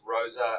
Rosa